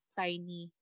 tiny